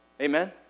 Amen